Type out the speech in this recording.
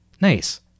Nice